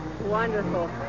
Wonderful